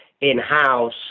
in-house